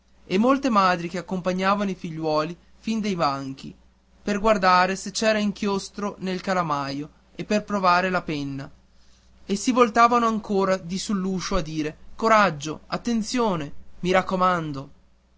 e molte madri che accompagnavano i figliuoli fin nei banchi per guardare se c'era inchiostro nel calamaio e per provare la penna e si voltavano ancora di sull'uscio a dire oraggio ttenzione i raccomando